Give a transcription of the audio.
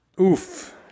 Oof